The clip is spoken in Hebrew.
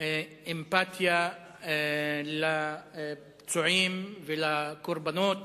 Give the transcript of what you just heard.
אמפתיה לפצועים ולקורבנות